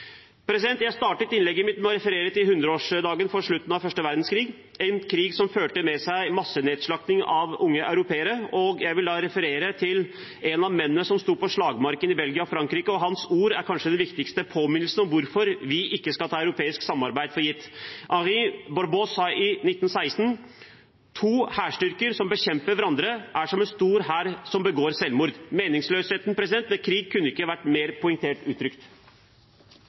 Jeg startet innlegget mitt med å referere til 100-årsdagen for slutten av første verdenskrig, en krig som førte med seg massenedslakting av unge europeere. Jeg vil referere en av mennene som sto på slagmarken i Belgia og Frankrike. Hans ord er kanskje den viktigste påminnelse om hvorfor vi ikke skal ta europeisk samarbeid for gitt. Henri Barbusse sa i 1916: To hærstyrker som bekjemper hverandre, er som en stor hær som begår selvmord. Meningsløsheten med krig kunne ikke vært mer poengtert uttrykt.